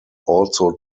also